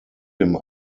him